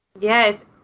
Yes